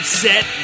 set